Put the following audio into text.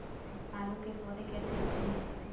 आलू के पौधे कैसे होते हैं?